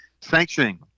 sanctioning